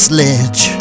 ledge